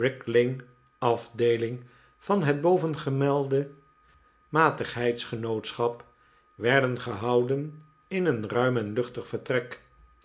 bricklane afdeeling van het bovenvermelde matigheidsgenootschap werden gehouden in een ruim en luehtig vertrek